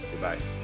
goodbye